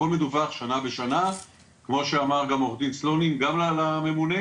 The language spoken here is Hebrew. הכל מדווח שנה בשנה כמו שאמר גם עו"ד סלונים גם לממונה,